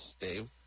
Dave